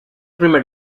primer